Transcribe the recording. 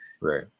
Right